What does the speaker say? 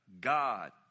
God